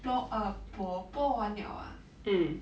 播 err 播播完了啊